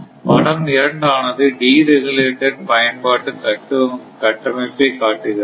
படம் 2 ஆனது deregulated பயன்பாட்டு கட்டமைப்பை காட்டுகிறது